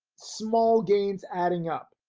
small gains adding up.